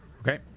okay